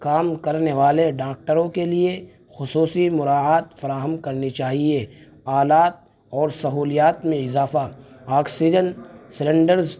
کام کرنے والے ڈاکٹروں کے لیے خصوصی مراعات فراہم کرنی چاہیے آلات اور سہولیات میں اضافہ آکسیجن سلنڈرز